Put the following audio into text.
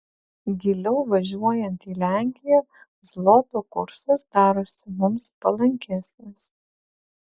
giliau važiuojant į lenkiją zloto kursas darosi mums palankesnis